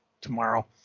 tomorrow